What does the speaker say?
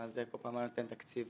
כל פעם היה נותן תקציבים.